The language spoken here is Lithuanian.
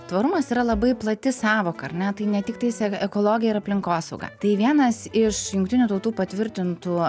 tvarumas yra labai plati sąvoka ar ne tai ne tiktais e ekologija ir aplinkosauga tai vienas iš jungtinių tautų patvirtintų